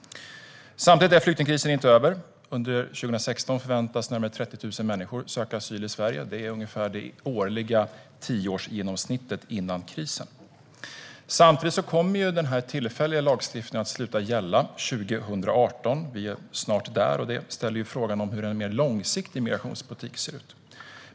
Samtidigt är flyktingkrisen inte över. Under 2016 väntas närmare 30 000 människor söka asyl i Sverige. Det är ungefär det årliga tioårsgenomsnittet före krisen. Den tillfälliga lagstiftningen kommer att sluta gälla 2018. Vi är snart där. Det leder till frågan hur en mer långsiktig migrationspolitik ser ut.